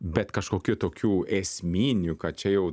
bet kažkokių tokių esminių kad čia jau